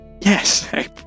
Yes